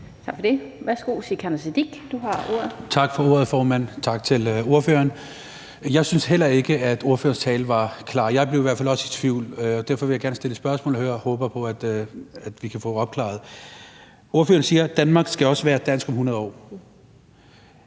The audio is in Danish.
har ordet. Kl. 13:23 Sikandar Siddique (UFG): Tak for ordet, formand, og tak til ordføreren. Jeg synes heller ikke, at ordførerens tale var klar; jeg blev i hvert fald også i tvivl. Derfor vil jeg gerne stille et spørgsmål, og jeg håber på, at vi kan få det opklaret. Ordføreren siger, at Danmark også skal være dansk om 100 år.